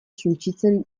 suntsitzen